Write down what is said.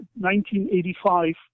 1985